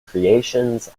creations